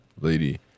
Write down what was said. Lady